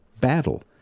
battle